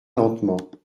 lentement